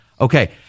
Okay